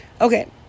okay